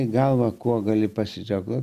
į galvą kuo gali pasidžiaugti